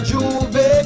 Juve